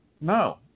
no